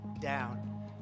down